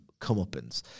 comeuppance